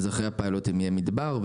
אחרי הפיילוטים יהיה מדבר,